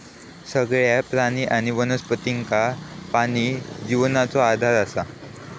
सगळ्या प्राणी आणि वनस्पतींका पाणी जिवनाचो आधार असा